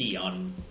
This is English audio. on